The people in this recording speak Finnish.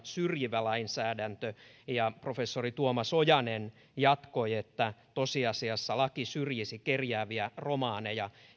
syrjivä lainsäädäntö ja professori tuomas ojanen jatkoi että tosiasiassa laki syrjisi kerjääviä romaneja